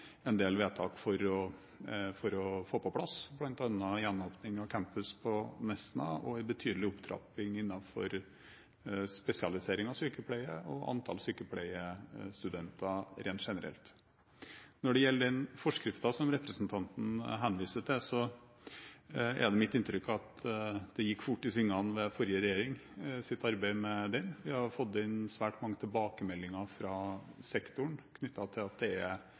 en del vedtak for å få på plass, bl.a. gjenåpning av campus på Nesna og en betydelig opptrapping innenfor spesialisering av sykepleiere og antall sykepleierstudenter rent generelt. Når det gjelder den forskriften som representanten henviser til, er det mitt inntrykk at det gikk fort i svingene med forrige regjerings arbeid med den. Vi har fått inn svært mange tilbakemeldinger fra sektoren knyttet til at det er